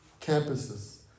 campuses